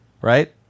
right